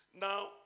Now